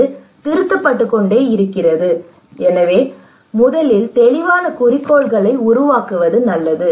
இது திருத்தப்பட்டு கொண்டே இருக்கிறது எனவே முதலில் தெளிவான குறிக்கோள்களை உருவாக்குவது நல்லது